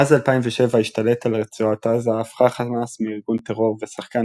מאז 2007 השתלט על רצועת עזה הפכה חמאס מארגון טרור ו"שחקן